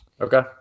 Okay